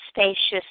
spacious